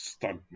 Stuntman